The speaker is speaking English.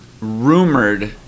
rumored